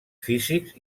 físics